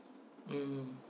mm